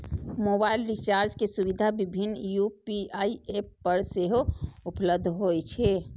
mobile recharge के सुविधा विभिन्न यू.पी.आई एप पर सेहो उपलब्ध होइ छै